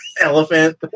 elephant